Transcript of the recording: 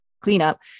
cleanup